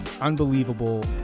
unbelievable